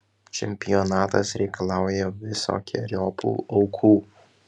čempionatas reikalauja visokeriopų aukų